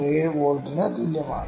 07 വോൾട്ടിന് തുല്യമാണ്